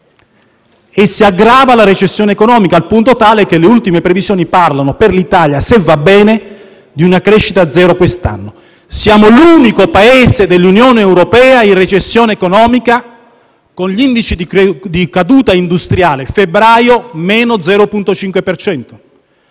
si aggrava al punto tale che le ultime previsioni parlano per l'Italia, se va bene, di una crescita zero per quest'anno. Siamo l'unico Paese dell'Unione europea in recessione economica, con gli indici di caduta industriale a febbraio pari a